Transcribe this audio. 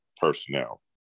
personnel